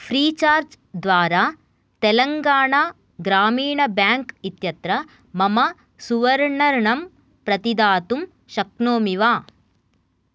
Freecharge द्वारा Telangana Grameena bank इत्यत्र मम सुवर्णऋणम् प्रतिदातुं शक्नोमि वा